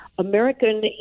American